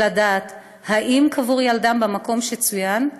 ולדעת אם ילדם קבור במקום שצוין,